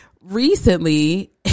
recently